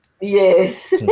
Yes